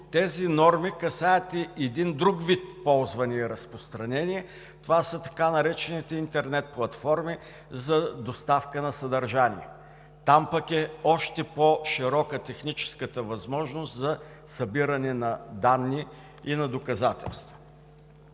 тези норми касаят друг вид ползване и разпространение – това са така наречените интернет платформи за доставка на съдържание. Там пък е още по-широка техническата възможност за събиране на данни и доказателства.